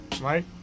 right